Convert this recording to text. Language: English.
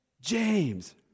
James